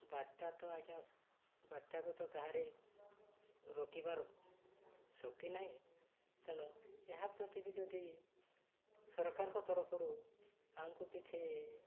ବାତ୍ୟା ତ ଆଜ୍ଞା ବାତ୍ୟାକୁ ତ କାହାରି ରୋକିବାର ଶକ୍ତି ନାହିଁ ତେଣୁ ଏହା ପ୍ରତି ବି ଯଦି ସରକାରଙ୍କ ତରଫରୁ ଆମକୁ କିଛି